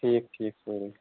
ٹھیٖک ٹھیٖک سٲری